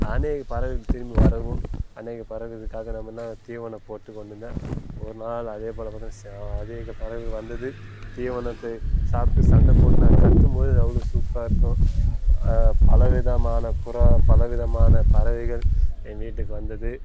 அநேக பறவைகள் திரும்பி வரவும் அநேக பறவைகளுக்காக நம்ம நான் தீவனம் போட்டு கொண்டிருந்தேன் ஒரு நாள் அதே போல் அதே இன பறவைகள் வந்தது தீவனத்தை சாப்பிட்டு சண்டைபோட்டுனு அது கத்தும்போது அது அவ்வளோ சூப்பராக இருக்கும் பலவிதமான புறா பல விதமான பறவைகள் எங்கள் வீட்டுக்கு வந்தது